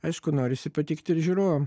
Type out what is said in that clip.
aišku norisi patikt ir žiūrovam